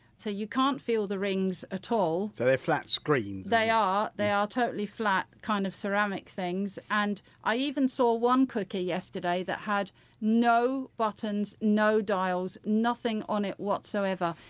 so you can't feel the rings at all, so they're flat screens then? they are, they are totally flat kind of ceramic things. and i even saw one cooker yesterday that had no buttons, no dials, nothing on it whatsoever,